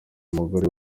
umugore